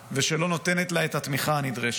שלא מגוננת עליה, ושלא נותנת לה את התמיכה הנדרשת.